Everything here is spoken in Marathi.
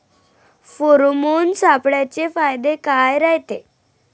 फेरोमोन सापळ्याचे फायदे काय रायते?